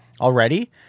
already